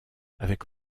avec